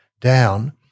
down